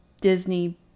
Disney